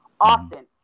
often